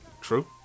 true